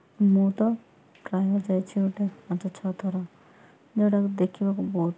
ମୁଁ ତ ପ୍ରାୟ ଯାଇଛି ଗୋଟେ ପାଞ୍ଚ ଛଅ ଥର ଯେଉଁଟାକି ଦେଖିବାକୁ ବହୁତ